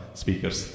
speakers